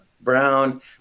Brown